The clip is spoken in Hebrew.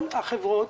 כל החברות,